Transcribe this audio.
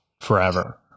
forever